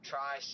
try